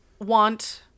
want